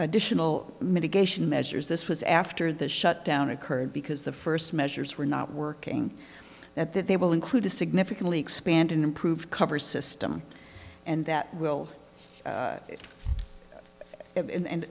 additional mitigation measures this was after the shutdown occurred because the first measures were not working at that they will include a significantly expand and improve cover system and that will have and